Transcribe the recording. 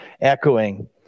echoing